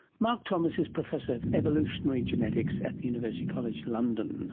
mark thomas is professor of evolutionary genetics at the university college london